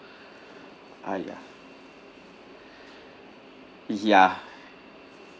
uh ya ya